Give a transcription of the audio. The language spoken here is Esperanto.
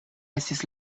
estis